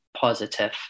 positive